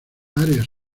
áreas